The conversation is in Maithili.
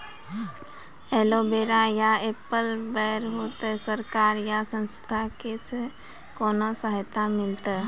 एलोवेरा या एप्पल बैर होते? सरकार या संस्था से कोनो सहायता मिलते?